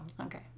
Okay